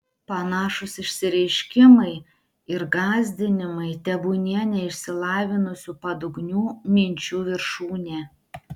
panašūs išsireiškimai ir gąsdinimai tebūnie neišsilavinusių padugnių minčių viršūnė